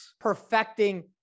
perfecting